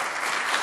אדוני.